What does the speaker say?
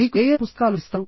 మీకు ఏయే పుస్తకాలు ఇస్తారు